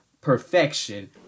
perfection